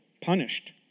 punished